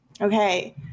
Okay